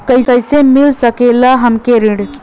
कइसे मिल सकेला हमके ऋण?